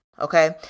okay